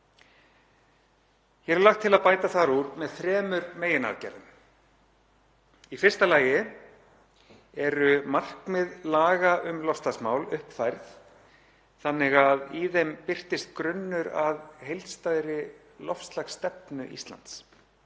Hér er lagt til að bæta þar úr með þremur meginaðgerðum. Í fyrsta lagi eru markmið laga um loftslagsmál uppfærð þannig að í þeim birtist grunnur að heildstæðri loftslagsstefnu Íslands,